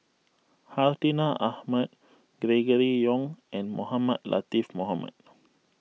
Hartinah Ahmad Gregory Yong and Mohamed Latiff Mohamed